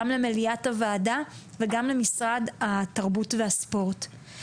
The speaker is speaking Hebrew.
גם למליאת הוועדה וגם למשרד התרבות והספורט.